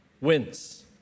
wins